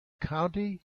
county